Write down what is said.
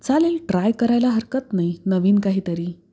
चालेल ट्राय करायला हरकत नाही नवीन काही तरी